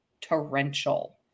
torrential